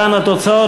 הצעת